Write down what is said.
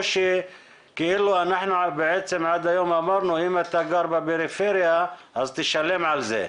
או שכאילו אנחנו בעצם עד היום אמרנו אם אתה גר בפריפריה אז תשלם על זה?